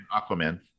Aquaman